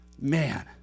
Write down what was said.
Man